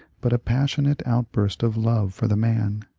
but a passionate outburst of love for the man.